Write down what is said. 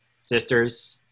Sisters